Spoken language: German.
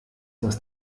das